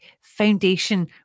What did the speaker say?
foundation